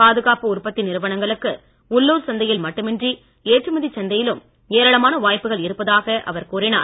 பாதுகாப்பு உற்பத்தி நிறுவனங்களுக்கு உள்ளூர் சந்தையில் மட்டுமின்றி ஏற்றுமதிச் சந்தையிலும் ஏராளமான வாய்ப்புகள் இருப்பதாக அவர் கூறினார்